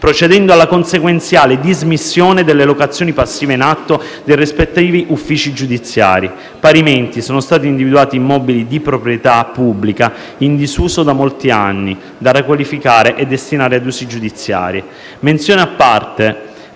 procedendo alla consequenziale dismissione delle locazioni passive in atto dei rispettivi uffici giudiziari. Parimenti, sono stati individuati immobili di proprietà pubblica in disuso da molti anni, da riqualificare e destinare a usi giudiziari. Menzione a parte